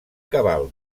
cabal